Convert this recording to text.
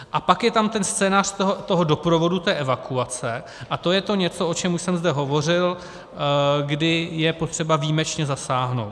A pak je tam ten scénář toho doprovodu, té evakuace, a to je to něco, o čem už jsem zde hovořil, kdy je potřeba výjimečně zasáhnout.